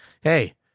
hey